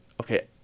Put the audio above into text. okay